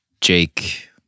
Jake